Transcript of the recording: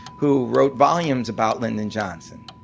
who wrote volumes about lyndon johnson.